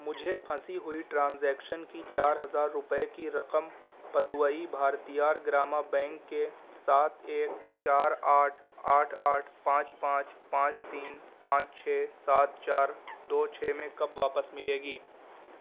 مجھے پھنسی ہوئی ٹرانزیکشن کی چار ہزار روپے کی رقم پدووئی بھارتیار گرامہ بینک کے سات ایک چار آٹھ آٹھ آٹھ پانچ پانچ پانچ تین پانچ چھ سات چار دو چھ میں کب واپس ملے گی